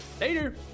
Later